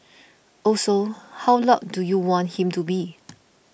also how loud do you want him to be